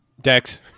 Dex